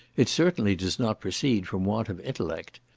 it certainly does not proceed from want of intellect.